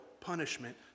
punishment